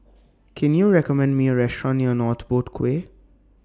Can YOU recommend Me A Restaurant near North Boat Quay